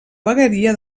vegueria